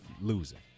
losing